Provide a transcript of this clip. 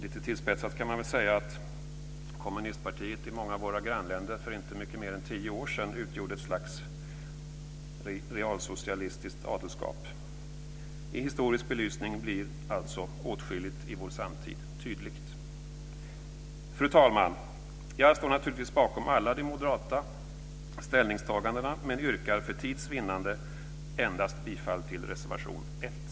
Lite tillspetsat kan man väl säga att kommunistpartierna i många av våra grannländer för inte mycket mer än tio år sedan utgjorde ett slags realsocialistiskt adelskap. I historisk belysning blir åtskilligt i vår samtid tydligt. Fru talman! Jag står naturligtvis bakom alla de moderata ställningstagandena men yrkar för tids vinnande bifall endast till reservation 1.